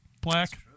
black